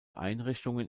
einrichtungen